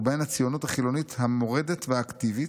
ובהן הציונות החילונית המורדת והאקטיבית,